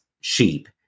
sheep